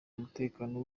umutekano